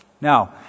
Now